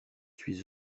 suis